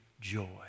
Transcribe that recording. joy